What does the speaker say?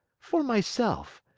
for myself.